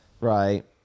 Right